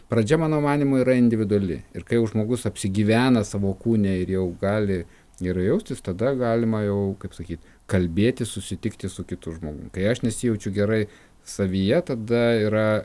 pradžia mano manymu yra individuali ir kai jau žmogus apsigyvena savo kūne ir jau gali gerai jaustis tada galima jau kaip sakyt kalbėtis susitikti su kitu žmogum kai aš nesijaučiu gerai savyje tada yra